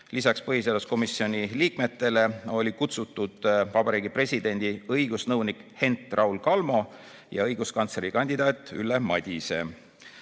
Lisaks põhiseaduskomisjoni liikmetele olid kutsutud Vabariigi Presidendi õigusnõunik Hent-Raul Kalmo ja õiguskantslerikandidaat Ülle Madise.